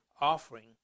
offering